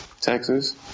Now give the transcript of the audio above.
Texas